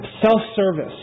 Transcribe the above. Self-service